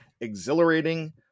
exhilarating